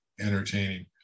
entertaining